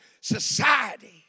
society